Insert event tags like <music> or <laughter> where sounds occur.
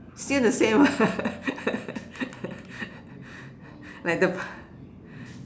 still the same ah <laughs> like the <breath>